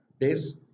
days